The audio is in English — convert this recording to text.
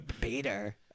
Peter